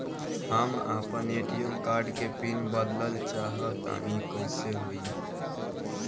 हम आपन ATM card के पीन बदलल चाहऽ तनि कइसे होई?